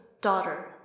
daughter